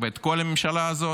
ואת כל הממשלה הזאת,